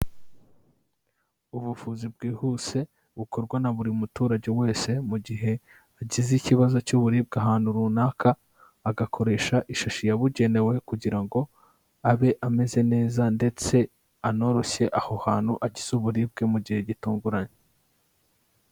Ubuvuzi bwihuse, bukorwa na buri muturage wese mu gihe agize ikibazo cy'uburibwe ahantu runaka, agakoresha ishashi yabugenewe kugira ngo abe ameze neza ndetse anoroshye aho hantu agize uburibwe mu gihe gitunguranye.